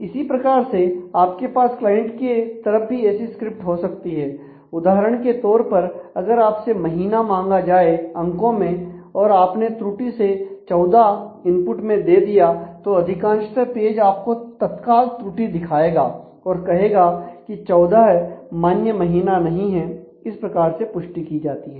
इसी प्रकार से आपके पास क्लाइंट के तरफ भी ऐसी स्क्रिप्ट हो सकती है उदाहरण के तौर पर अगर आपसे महीना मांगा जाए अंको में और आपने त्रुटि से 14 इनपुट में दे दिया तो अधिकांशत पेज आपको तत्काल त्रुटि दिखाएगा और कहेगा की 14 मान्य महीना नहीं है इस प्रकार से पुष्टि की जाती है